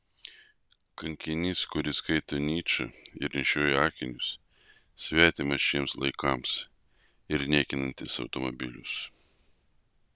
kankinys kuris skaito nyčę ir nešioja akinius svetimas šiems laikams ir niekinantis automobilius